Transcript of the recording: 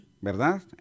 ¿verdad